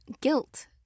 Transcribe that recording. Guilt